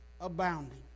abounding